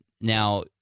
Now